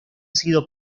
sido